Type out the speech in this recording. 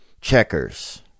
Checkers